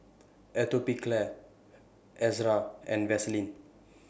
Atopiclair Ezerra and Vaselin